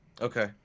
okay